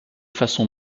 façon